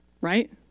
Right